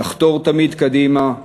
לחתור תמיד קדימה,